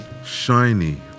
shiny